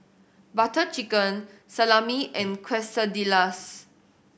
Butter Chicken Salami and Quesadillas